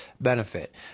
benefit